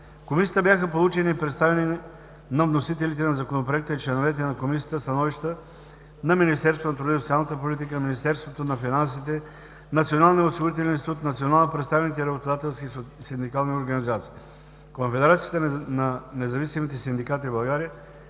Комисията бяха получени и предоставени на вносителите на Законопроекта и членовете на Комисията становища на Министерството на финансите, Министерството на труда и социалната политика, Националния осигурителен институт, национално представените работодателски и синдикални организации. Конфедерацията на независимите синдикати в България